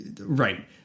Right